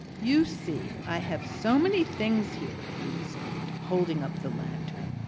you see, i have so many things here, he resumed, holding up the lantern,